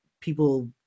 people